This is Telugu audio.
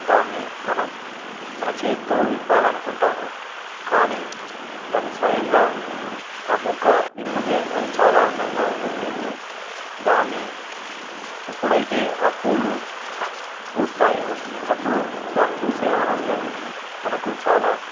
దాన్ని మనం మన చేతితో విప్పాలని అనుకుంటాము కానీ దాన్ని స్వయంగా ఆ మొగ్గ విచ్చితే అది చాలా అందంగా ఉంటుంది దాన్ని ఎప్పుడైతే ఆ పూలు పూస్తాయో అప్పుడు దాన్ని చూసే ఆనందం మనకు చాలా